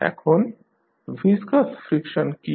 এখন viscous friction কী